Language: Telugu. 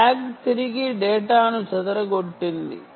ట్యాగ్ తిరిగి డేటాను చెదరగొట్టింది